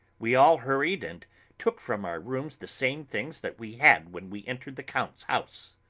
we all hurried and took from our rooms the same things that we had when we entered the count's house.